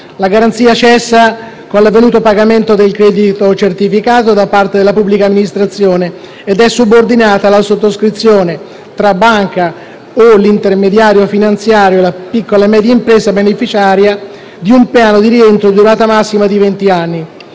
La garanzia cessa con l'avvenuto pagamento del credito certificato da parte della pubblica amministrazione ed è subordinata alla sottoscrizione - tra la banca o l'intermediario finanziario e la piccola e media impresa beneficiaria - di un piano di rientro di durata massima di vent'anni.